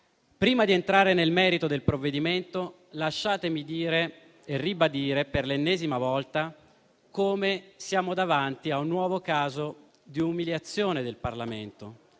Prima di entrare nel merito del provvedimento, lasciatemi dire e ribadire per l'ennesima volta che siamo davanti a un nuovo caso di umiliazione del Parlamento,